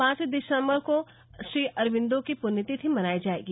पांच दिसंबर को श्रीअरोबिंदो की पुण्यतिथि मनाई जाएगी